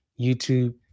YouTube